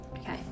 Okay